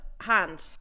hand